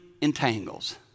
entangles